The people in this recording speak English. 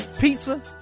pizza